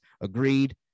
agreed